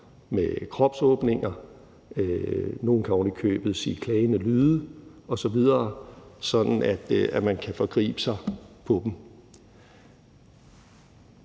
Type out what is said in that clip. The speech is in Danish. med kropsåbninger, nogle kan ovenikøbet sige klagende lyde osv., sådan at man kan forgribe sig på dem.